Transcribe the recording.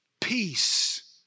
peace